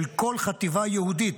של כל חטיבה יהודית,